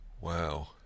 Wow